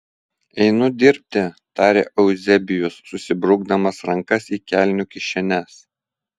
einu dirbti tarė euzebijus susibrukdamas rankas į kelnių kišenes